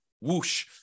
whoosh